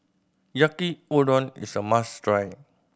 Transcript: Yaki Udon is a must try